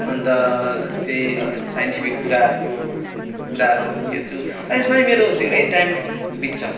अन्त त्यही साइन्टिफिक कुराहरूको कुराहरू हेर्छु यसमै मेरो धेरै टाइम बित्छ